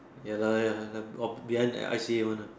ya lah ya lah or behind the I_C_A one uh